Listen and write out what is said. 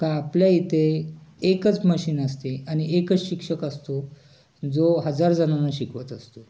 का आपल्या इथे एकच मशीन असते आणि एकच शिक्षक असतो जो हजार जणांना शिकवत असतो